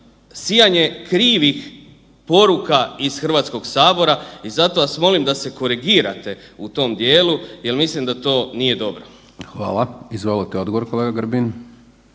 sijanje krivih poruka iz Hrvatskog sabora i zato vas molim da se korigirate u tom dijelu jel mislim da to nije dobro. **Hajdaš Dončić, Siniša (SDP)** Izvolite odgovor kolega Grbin.